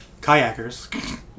kayakers